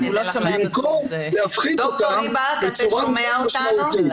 במקום להפחית אותם בצורה מאוד משמעותית.